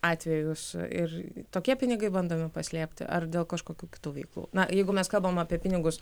atvejus ir tokie pinigai bandomi paslėpti ar dėl kažkokių kitų veiklų na jeigu mes kalbam apie pinigus